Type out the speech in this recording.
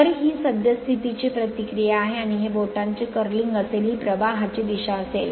तर ही सद्यस्थितीची प्रतिक्रिया आहे आणि हे बोटांचे कर्लिंग असेल ही प्रवाहाची दिशा असेल